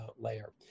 layer